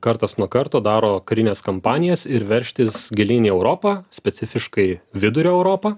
kartas nuo karto daro karines kampanijas ir veržtis gilyn į europą specifiškai vidurio europą